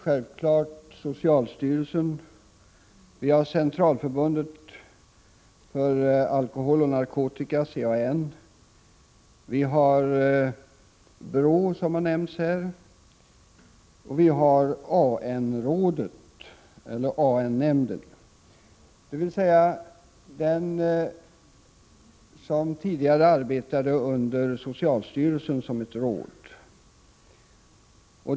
Förutom socialstyrelsen har vi Centralförbundet för alkoholoch narkotikaupplysning, CAN. Vi har vidare BRÅ, som nämnts tidigare i debatten. Vi har också AN-nämnden, som tidigare arbetat under socialstyrelsen som ett råd.